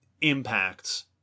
impacts